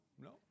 no